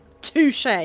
Touche